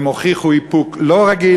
והם הוכיחו איפוק לא רגיל,